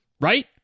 Right